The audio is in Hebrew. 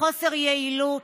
לחוסר יעילות,